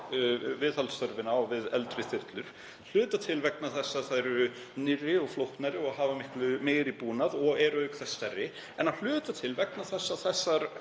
viðhaldsþörf á við eldri þyrlur, að hluta til vegna þess að þær eru nýrri og flóknari og hafa miklu meiri búnað og eru auk þess stærri en að hluta til vegna þess að þessar